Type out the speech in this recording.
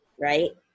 right